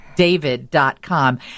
David.com